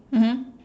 mmhmm